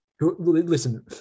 listen